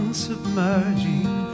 submerging